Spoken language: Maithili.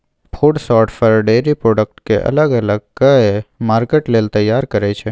फुड शार्टर फर, डेयरी प्रोडक्ट केँ अलग अलग कए मार्केट लेल तैयार करय छै